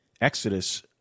Exodus